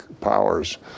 powers